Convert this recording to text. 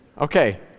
Okay